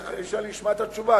אחרי שאני אשמע את התשובה,